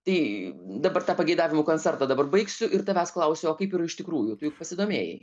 tai dabar tą pageidavimų koncertą dabar baigsiu ir tavęs klausiuo kaip yra iš tikrųjų tu juk pasidomėjai